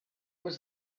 was